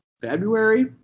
february